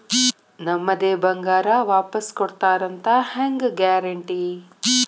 ನಮ್ಮದೇ ಬಂಗಾರ ವಾಪಸ್ ಕೊಡ್ತಾರಂತ ಹೆಂಗ್ ಗ್ಯಾರಂಟಿ?